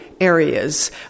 areas